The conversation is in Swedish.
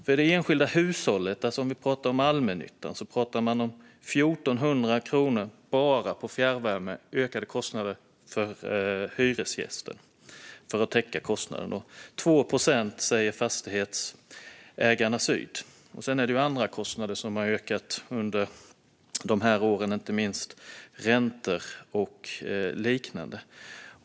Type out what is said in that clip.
För det enskilda hushållet - nu pratar vi om hyresgäster i allmännyttan - handlar det om 1 400 kronor i ökade kostnader bara för fjärrvärme. Fastighetsägarna Syd säger 2 procent. Sedan är det andra kostnader som har ökat under de här åren, inte minst räntor och liknande.